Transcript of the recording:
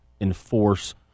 enforce